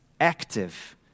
active